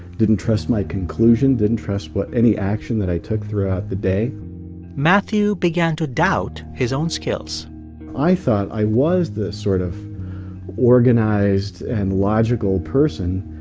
didn't trust my conclusions, didn't trust what any action that i took throughout the day matthew began to doubt his own skills i thought i was this sort of organized and logical person.